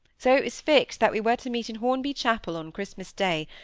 so it was fixed that we were to meet in hornby chapel on christmas day,